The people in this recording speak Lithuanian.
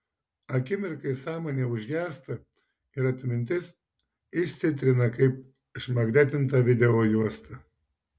akimirkai sąmonė užgęsta ir atmintis išsitrina kaip išmagnetinta videojuosta